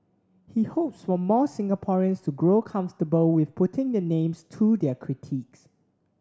he hopes for more Singaporeans to grow comfortable with putting their names to their critiques